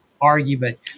argument